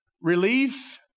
relief